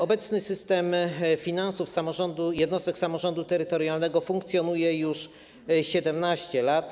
Obecny system finansów jednostek samorządu terytorialnego funkcjonuje już 17 lat.